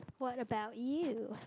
what about you